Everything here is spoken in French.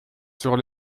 sur